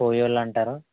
కోయ్యోళ్లు అంటారు